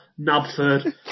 Nabford